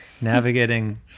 navigating